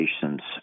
patients